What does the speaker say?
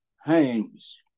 hangs